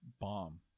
bomb